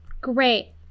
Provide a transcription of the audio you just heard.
Great